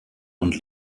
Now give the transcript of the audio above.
und